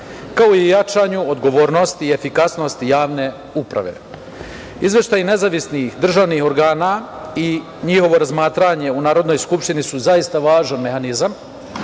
kao i jačanju odgovornosti i efikasnosti javne uprave. Izveštaji nezavisnih državnih organa i njihovo razmatranje u Narodnoj skupštini su zaista važan mehanizam,